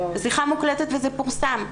השיחה מוקלטת וזה פורסם.